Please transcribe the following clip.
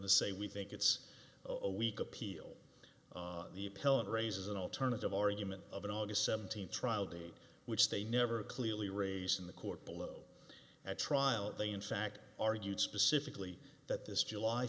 the say we think it's a weak appeal the appellate raises an alternative argument of an august seventeenth trial date which they never clearly raise in the court below at trial they in fact argued specifically that this july